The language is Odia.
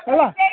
ହେଲା